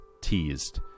teased